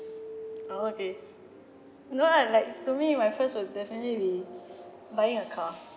oh okay no ah like to me my first will definitely be buying a car